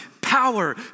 power